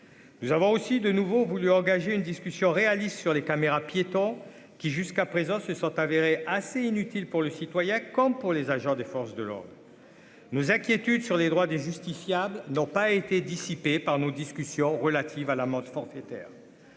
nous avons aussi de nouveau voulu engager une discussion réaliste sur les caméras piétons qui jusqu'à présent, se sont avérés assez inutile pour le citoyen, comme pour les agents des forces de l'ordre nos inquiétudes sur les droits des justiciables n'ont pas été dissipé par nos discussions relatives à l'amende forfaitaire,